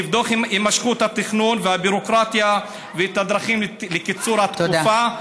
היא תבדוק את הימשכות התכנון והביורוקרטיה ואת הדרכים לקיצור התקופה,